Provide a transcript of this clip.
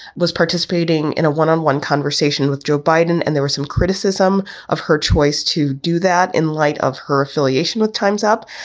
was participating in a one on one conversation with joe biden. and there was some criticism of her choice to do that in light of her affiliation with time's up.